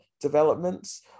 developments